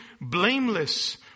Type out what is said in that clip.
blameless